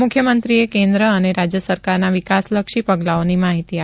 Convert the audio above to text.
મુખ્યમંત્રીએ કેન્દ્ર અને રાજ્ય સરકારના વિકાસલક્ષી પગલાંઓની માહિતી આપી હતી